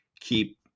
keep